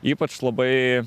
ypač labai